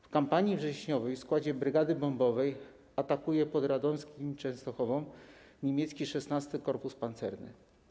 W kampanii wrześniowej w składzie brygady bombowej atakował pod Radomskiem i Częstochową niemiecki XVI Korpus Pancerny.